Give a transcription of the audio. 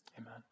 amen